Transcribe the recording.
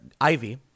Ivy